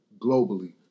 globally